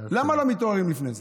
למה לא מתעוררים לפני זה?